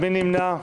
מי נמנע?